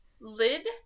lid